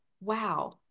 wow